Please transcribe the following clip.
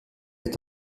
est